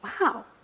wow